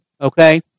Okay